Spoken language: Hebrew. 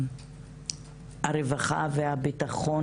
הרווחה והביטחון